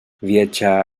viatjà